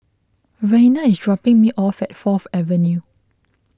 Raina is dropping me off at Fourth Avenue